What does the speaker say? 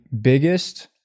biggest